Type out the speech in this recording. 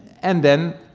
and then,